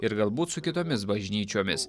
ir galbūt su kitomis bažnyčiomis